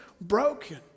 broken